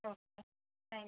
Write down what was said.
okay thank you